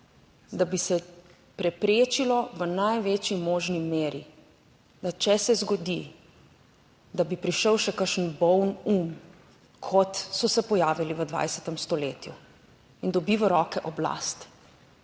da bi se preprečilo v največji možni meri, da če se zgodi, da bi prišel še kakšen bolen um, kot so se pojavili v 20. stoletju in dobi v roke oblast,